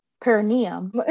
perineum